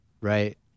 right